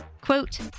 Quote